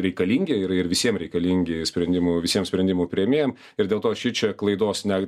reikalingi ir ir visiem reikalingi jų sprendimų visiems sprendimų priėmėjam ir dėl to šičia klaidos ne